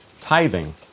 tithing